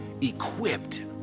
equipped